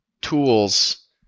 tools